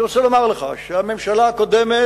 אני רוצה לומר לך שהממשלה הקודמת,